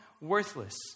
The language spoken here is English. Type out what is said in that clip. worthless